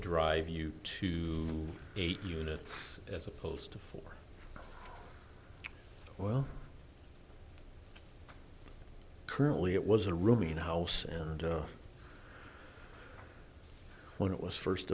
drive you to eight units as opposed to four well currently it was a rooming house and when it was first